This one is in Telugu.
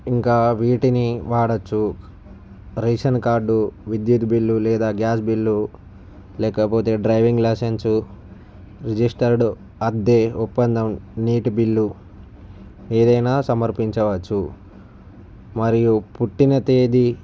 ఇంకా వీటిని వాడవచ్చు రేషన్ కార్డు విద్యుత్ బిల్లు లేదా గ్యాస్ బిల్లు లేకపోతే డ్రైవింగ్ లైసెన్సు రిజిస్టర్డ్ అద్దె ఒప్పందం నీటి బిల్లు ఏదైనా సమర్పించవచ్చు మరియు పుట్టిన తేదీ